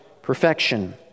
perfection